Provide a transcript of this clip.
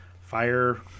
fire